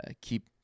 keep